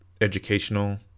educational